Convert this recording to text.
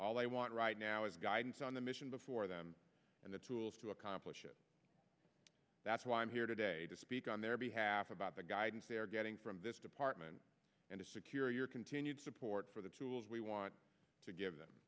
all they want right now is guidance on the mission before them and the tools to accomplish it that's why i'm here today to speak on their behalf about the guidance they are getting from this department and to secure your continued support for the tools we want to give them